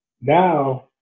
Now